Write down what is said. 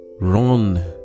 run